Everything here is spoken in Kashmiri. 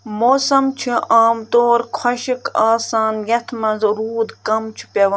موسم چھِ عام طور خۄشٕک آسان یتھ منٛز روٗد کم چھُ پٮ۪وان